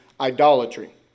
idolatry